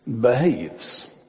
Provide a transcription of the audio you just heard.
behaves